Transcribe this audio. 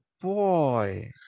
boy